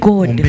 God